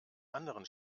anderen